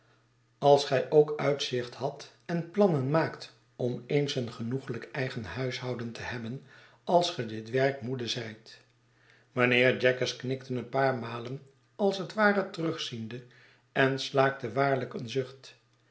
als gij ook uitzicht hadt en plannen maakt om eens een genoeglijk eigen huishouden te hebben als ge dit werk moede zijt mijnheer jaggers knikte een paar malen als het ware terugziende en slaakte waarlijk een zucht